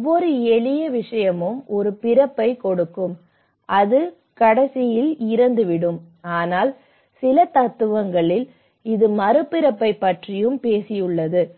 ஒவ்வொரு எளிய விஷயமும் ஒரு பிறப்பைக் கொடுக்கும் அது இறந்துவிடும் ஆனால் சில தத்துவங்களில் இது மறுபிறப்பைப் பற்றியும் பேசுகிறது ஆனால்